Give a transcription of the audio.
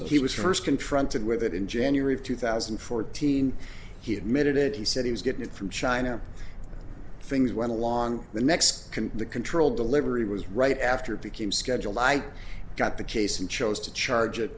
so he was first confronted with it in january of two thousand and fourteen he admitted he said he was getting from china things went along the next can the control delivery was right after it became scheduled i got the case and chose to charge it